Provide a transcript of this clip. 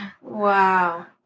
Wow